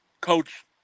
coach